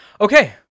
Okay